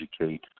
educate